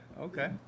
okay